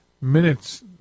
minutes